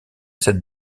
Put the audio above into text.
cette